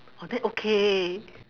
oh then okay